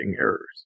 errors